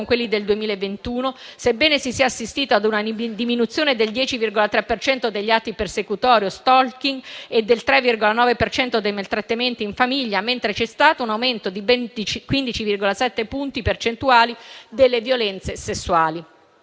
quelli del 2021, sebbene si sia assistito ad una diminuzione del 10,3 per cento degli atti persecutori o *stalking* e del 3,9 per cento dei maltrattamenti in famiglia, mentre c'è stato un aumento di ben 15,7 punti percentuali delle violenze sessuali.